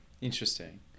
Interesting